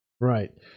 Right